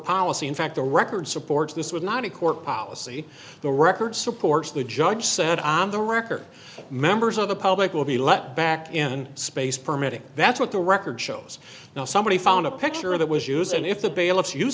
policy in fact the record supports this was not a court policy the record supports the judge said on the record members of the public will be let back in space permitting that's what the record shows now somebody found a picture that was used and if the bailiff